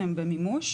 הם במימוש.